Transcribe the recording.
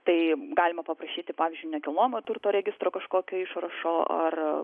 tai galima paprašyti pavyzdžiui nekilnojamo turto registro kažkokio išrašo ar